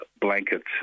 blankets